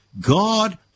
God